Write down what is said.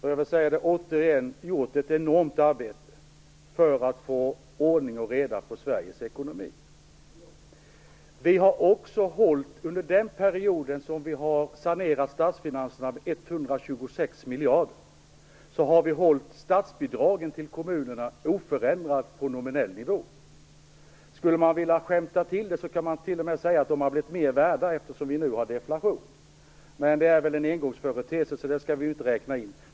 Herr talman! Vi har gjort ett enormt arbete för att få ordning och reda i Sveriges ekonomi. Vi har också under den period då vi har sanerat statsfinanserna med 126 miljarder hållit statsbidragen till kommunerna oförändrade på nominell nivå. Skulle man vilja skämta till det kan man till och med säga att de har blivit mer värda eftersom vi nu har deflation, men den är väl en engångsföreteelse, så den skall vi inte räkna in.